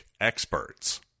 Experts